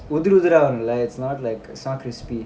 உதிர்உதிராவரும்ல:uthir uthira varumla like it's not like it's not crispy